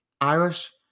Irish